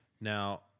Now